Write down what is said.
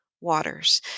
waters